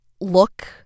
look